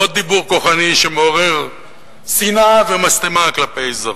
עוד דיבור כוחני שמעורר שנאה ומשטמה כלפי זרים.